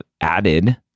added